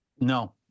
No